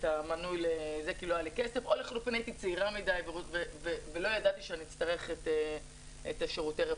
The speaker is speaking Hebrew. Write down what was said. מאוד ברורים לאופן שבו אנחנו נוהגים מול הצרכנים.